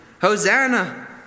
Hosanna